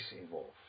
involved